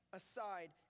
aside